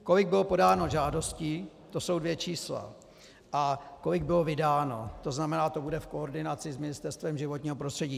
Kolik bylo podáno žádostí, to jsou dvě čísla, a kolik bylo vydáno, tzn. to bude v koordinaci s Ministerstvem životního prostředí.